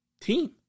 team